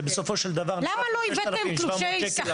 שבסופו של דבר מביא 6,700 שקל.